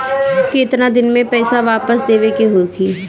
केतना दिन में पैसा वापस देवे के होखी?